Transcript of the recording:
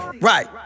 Right